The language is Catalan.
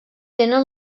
tenen